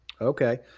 Okay